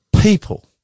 people